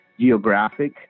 geographic